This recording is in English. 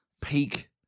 peak